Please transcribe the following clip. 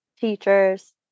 teachers